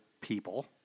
people